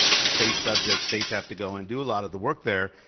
it's a state subject, states have to go and do a lot of the work there.